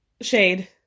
Shade